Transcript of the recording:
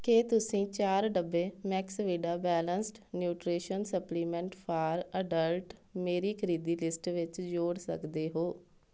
ਕੀ ਤੁਸੀਂ ਚਾਰ ਡੱਬੇ Maxvida balanced nutrition supplement for adult ਮੇਰੀ ਖਰੀਦੀ ਲਿਸਟ ਵਿੱਚ ਜੋੜ ਸਕਦੇ ਹੋ